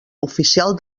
oficial